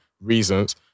reasons